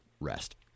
rest